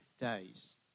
days